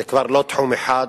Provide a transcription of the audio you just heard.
זה כבר לא תחום אחד.